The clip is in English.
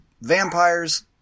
vampires